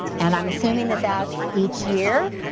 and i'm assuming that that's each year